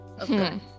Okay